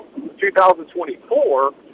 2024